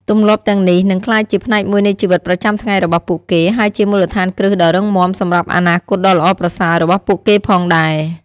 ទម្លាប់ទាំងនេះនឹងក្លាយជាផ្នែកមួយនៃជីវិតប្រចាំថ្ងៃរបស់ពួកគេ ហើយជា មូលដ្ឋានគ្រឹះដ៏រឹងមាំ សម្រាប់អនាគតដ៏ល្អប្រសើររបស់ពួកគេផងដែរ ។